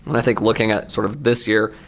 and i think looking at sort of this year,